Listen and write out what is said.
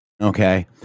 Okay